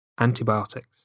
antibiotics